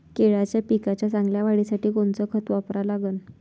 केळाच्या पिकाच्या चांगल्या वाढीसाठी कोनचं खत वापरा लागन?